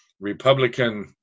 republican